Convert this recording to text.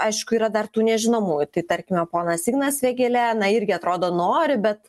aišku yra dar tų nežinomųjų tai tarkime ponas ignas vėgėlė na irgi atrodo nori bet